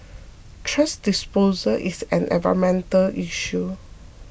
thrash disposal is an environmental issue